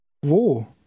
Wo